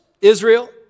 Israel